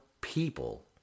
people